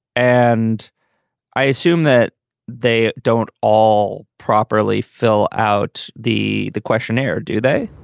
and i assume that they don't all properly fill out the the questionnaire, do they?